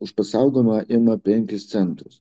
už pasaugojimą ima penkis centus